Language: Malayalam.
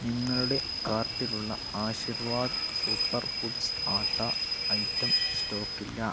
നിങ്ങളുടെ കാർട്ടിലുള്ള Aashirvaad super foods atta item സ്റ്റോക്കില്ല